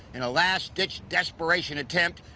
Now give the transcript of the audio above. in a last-ditch desperation attempt,